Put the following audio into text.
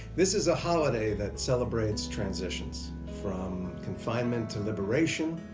this is a holiday that celebrates transitions. from confinement to liberation,